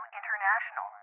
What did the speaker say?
international